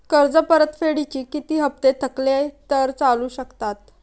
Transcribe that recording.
कर्ज परतफेडीचे किती हप्ते थकले तर चालू शकतात?